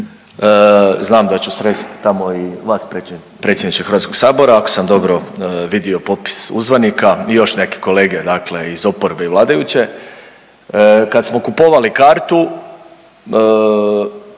znam da ću srest tamo i vas, predsjedniče HS-a, ako sam dobro vidio popis uzvanika i još neke kolege, dakle iz oporbe i vladajuće, kad smo kupovali kartu,